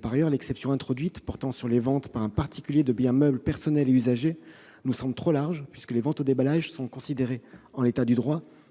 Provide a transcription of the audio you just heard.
Par ailleurs, l'exception introduite portant sur les ventes par un particulier de biens meubles personnels et usagers nous semble trop large, puisque les ventes au déballage sont considérées en l'état du droit